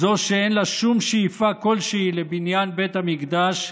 זו שאין לה שום שאיפה כלשהי לבניין בית המקדש,